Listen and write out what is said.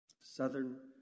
southern